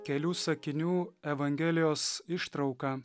kelių sakinių evangelijos ištrauką